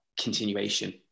continuation